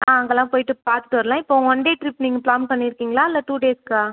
ஆ அங்கெலாம் போய்விட்டு பார்த்துட்டு வரலாம் இப்போ ஒன் டே ட்ரிப் நீங்கள் ப்ளான் பண்ணியிருக்கீங்களா இல்ல டூ டேஸ்க்கா